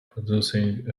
producing